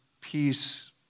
peace